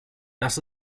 das